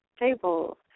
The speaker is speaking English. Table